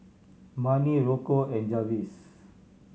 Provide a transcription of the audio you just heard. Marni Rocco and Jarvis